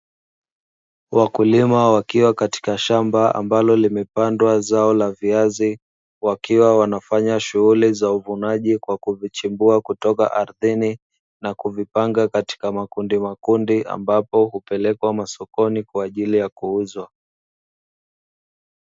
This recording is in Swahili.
Wakulima wakiwa katika shamba ambalo limepandwa zao la viazi, wakiwa wanafanya shughuli za uvunaji kwa kuvichimbua kutoka ardhini na kuvipanga katika makundi makundi; ambapo hupelekwa masokoni kwa ajili ya kuuzwa.